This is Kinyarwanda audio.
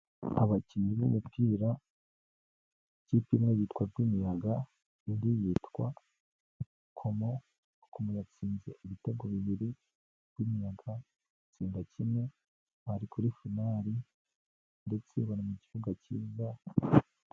Abakinnyi b'umupira ikipe imwe yitwa Rwimiyaga, indi yitwa Rukomo, Rukomo yatsinze ibitego bibiri, Rwimiyaga itsinda kimwe, bari kuri finali ndetse bari mu kibuga cyiza.